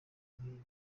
nk’ibi